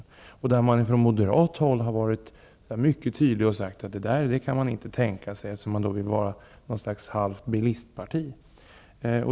Man har, herr talman, från moderat håll varit mycket tydlig och sagt att man inte kan tänka sig detta, eftersom man till hälften vill vara ett slags bilistparti.